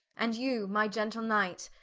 and you my gentle knight,